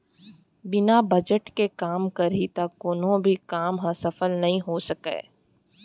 बिना बजट के काम करही त कोनो भी काम ह सफल नइ हो सकय